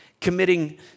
committing